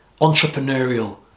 entrepreneurial